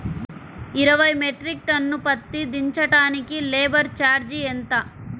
ఇరవై metric ton పత్తి దించటానికి లేబర్ ఛార్జీ ఎంత?